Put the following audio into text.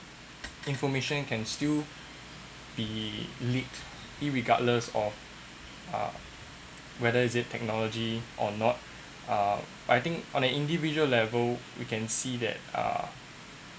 information can still be leaked irregardless of whether is it technology or not uh I think on an individual level we can see that uh